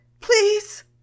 please